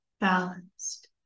balanced